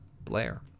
Blair